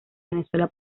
venezuela